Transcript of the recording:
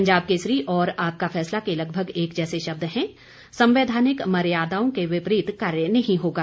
पंजाब केसरी और आपका फैसला के लगभग एक जैसे शब्द हैं संवैधानिक मर्यादाओं के विपरीत कार्य नहीं होगा